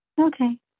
Okay